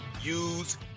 use